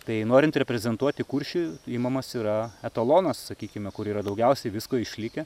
tai norint reprezentuoti kuršį imamas yra etalonas sakykime kur yra daugiausiai visko išlikę